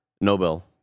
Nobel